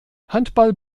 handball